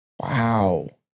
Wow